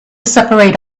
separate